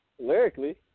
Lyrically